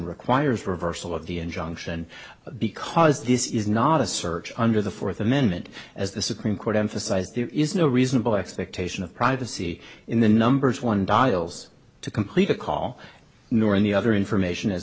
requires reversal of the injunction because this is not a search under the fourth amendment as the supreme court emphasized there is no reasonable expectation of privacy in the numbers one dials to complete a call nor any other information a